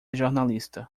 jornalista